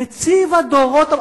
נציב הדורות,